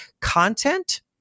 content